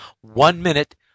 one-minute